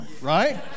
right